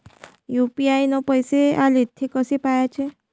UPI न पैसे आले, थे कसे पाहाचे?